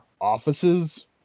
offices